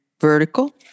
vertical